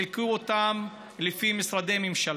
חילקו אותם לפי משרדי ממשלה.